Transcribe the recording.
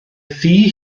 thŷ